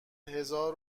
هزار